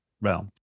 realm